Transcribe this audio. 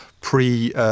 pre